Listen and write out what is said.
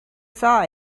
saw